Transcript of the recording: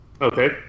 Okay